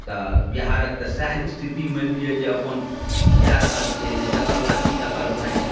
तऽ बिहारके तऽ सएह स्थिति मानि लिअऽ जे अपन जा रहल छै जे जकर लाठी तकर भैँस